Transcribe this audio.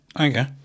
Okay